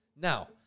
Now